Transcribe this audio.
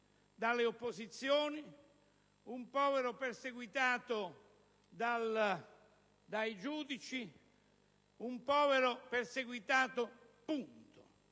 dalle opposizioni; un povero perseguitato dai giudici; un povero perseguitato, insomma.